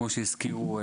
כפי שהזכירו,